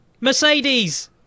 Mercedes